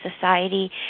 Society